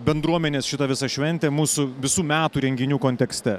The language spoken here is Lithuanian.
bendruomenės šita visa šventė mūsų visų metų renginių kontekste